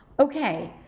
okay,